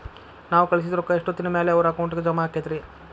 ನಾವು ಕಳಿಸಿದ್ ರೊಕ್ಕ ಎಷ್ಟೋತ್ತಿನ ಮ್ಯಾಲೆ ಅವರ ಅಕೌಂಟಗ್ ಜಮಾ ಆಕ್ಕೈತ್ರಿ?